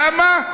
למה?